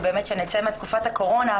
ובאמת שנצא מתקופת הקורונה.